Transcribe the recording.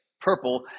purple